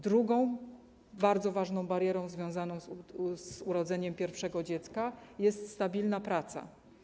Drugą bardzo ważną barierą związaną z urodzeniem pierwszego dziecka jest stabilna praca.